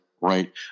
right